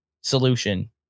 solution